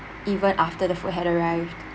even after the food had arrived